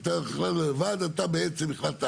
כי אתה החלטת לבד, אתה בעצם החלטת